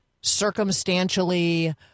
circumstantially